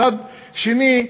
מצד שני,